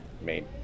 made